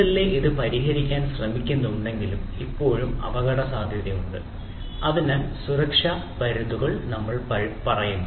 SLA ഇത് പരിഹരിക്കാൻ ശ്രമിക്കുന്നുണ്ടെങ്കിലും ഇപ്പോഴും അപകടസാധ്യതയുണ്ട് അല്ലെങ്കിൽ സുരക്ഷാ പഴുതുകൾ നമ്മൾ പറയുന്നു